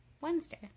Wednesday